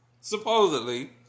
supposedly